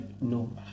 No